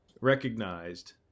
recognized